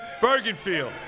Bergenfield